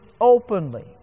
openly